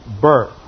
birth